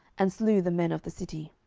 and slew the men of the city.